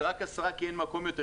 מדובר רק בעשרה כי אין מקום יותר.